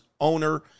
owner